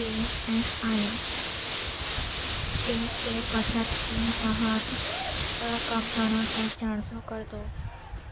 please S I P کی بچت کی ماہانہ رقم بڑھا کر چار سو کردو